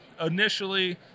Initially